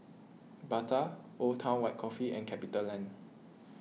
Bata Old Town White Coffee and CapitaLand